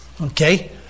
Okay